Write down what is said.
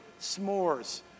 s'mores